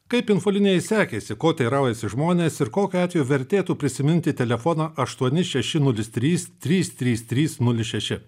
kaip infolinijai sekėsi ko teiraujasi žmonės ir kokiu atveju vertėtų prisiminti telefoną aštuoni šeši nulis trys trys trys trys nulis šeši